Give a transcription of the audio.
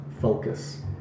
focus